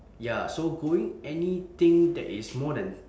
ya so going anything that is more than